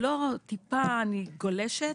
אני טיפה גולשת,